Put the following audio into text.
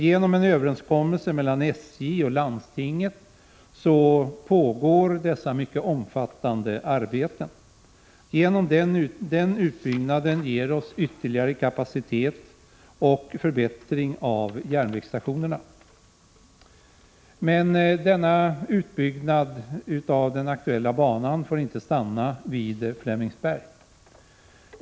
Genom en överenskommelse mellan SJ och landstinget pågår dessa mycket omfattande arbeten. Utbyggnaden ger oss ytterligare kapacitet och medför en förbättring av järnvägsstationerna. Men denna utbyggnad av den aktuella banan får inte stanna vid Flemingsberg.